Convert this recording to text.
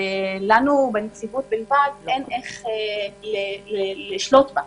ולנו בנציבות בלבד אין איך לשלוט בה.